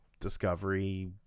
discovery